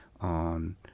on